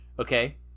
Okay